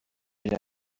elle